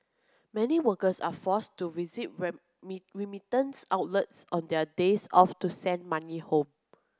many workers are forced to visit remittance outlets on their days off to send money home